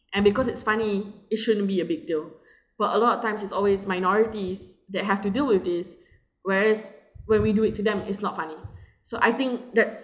and because it's funny it shouldn't be a big deal but a lot of times it's always minorities that have to deal with this whereas when we do it to them it's not funny so I think that's